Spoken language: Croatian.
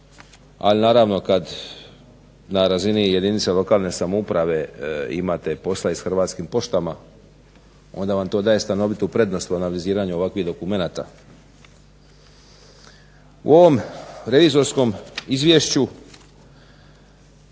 Ali naravno kad na razini jedinice lokalne samouprave imate posla i s Hrvatskim poštama onda vam to daje stanovitu prednost u analiziranju ovakvih dokumenata. U ovom revizorskom izvješću